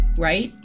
right